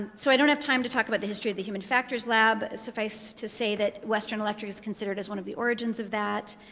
ah so i don't have time to talk about the history of the human factors lab. suffice it to say that western electric is considered as one of the origins of that.